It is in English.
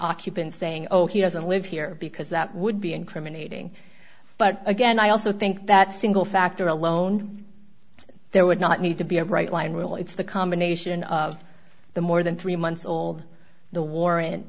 occupant saying oh he doesn't live here because that would be incriminating but again i also think that single factor alone there would not need to be a bright line rule it's the combination of the more than three months old the warran